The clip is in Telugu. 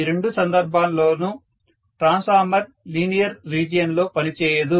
ఈ రెండు సందర్భాల్లోనూ ట్రాన్స్ఫార్మర్ లీనియర్ రీజియన్ లో పని చేయదు